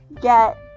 get